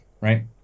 right